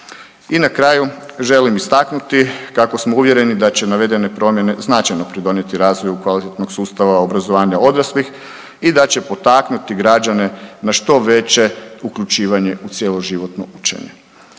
I na kraju želim istaknuti kako smo uvjereni da će navedene promjene značajno pridonijeti razvoju kvalitetnog sustava obrazovanja odraslih i da će potaknuti građane na što veće uključivanje u cjeloživotno učenje.